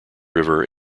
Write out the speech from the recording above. river